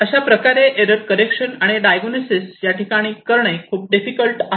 अशा प्रकारचे error correction आणि डायगणोसिस याठिकाणी करणे खूप डिफिकल्ट आहे